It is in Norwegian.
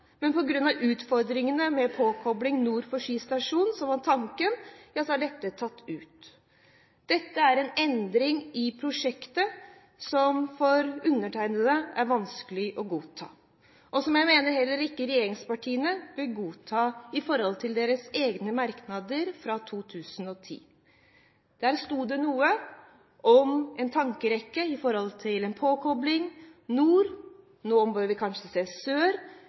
men på grunn av utfordringene med påkobling nord for Ski stasjon, som var tanken, er dette tatt ut. Dette er en endring i prosjektet som for undertegnede er vanskelig å godta, og som jeg mener heller ikke regjeringspartiene bør godta ut fra deres egne merknader fra 2010. Der sto det noe om en tankerekke i forhold til en påkobling nord, nå bør vi kanskje se sør,